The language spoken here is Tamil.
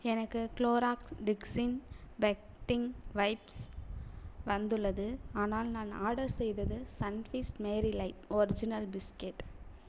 எனக்கு குளோராக்ஸ் டிக்ஸிங் ஃபெக்டிங் வைப்ஸ் வந்துள்ளது ஆனால் நான் ஆர்டர் செய்தது Sunfeast Marie light original biscuit